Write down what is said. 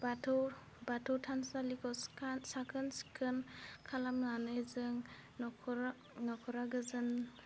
बाथौ बाथौ थानसालिखौ साखोन सिखोन खालामनानै जों नख'रा नख'रा गोजोन